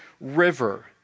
River